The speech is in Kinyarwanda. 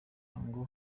ngo